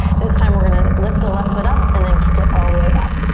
this time we're gonna lift the left foot up and then kick it all the way back.